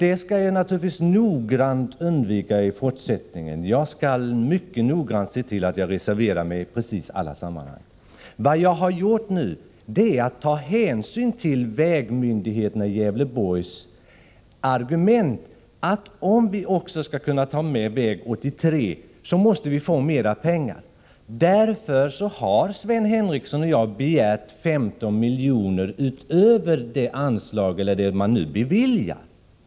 Det skall jag naturligtvis i fortsättningen noggrant undvika — jag skall noga se till att jag reserverar mig i precis alla sammanhang. Vad jag nu har gjort är att ta hänsyn till argumenten från vägmyndigheterna i Gävleborg, nämligen att om man skall kunna ta med också väg 83 måste man få mera pengar. Därför har Sven Henricsson och jag begärt 15 miljoner utöver de anslag som nu beviljas.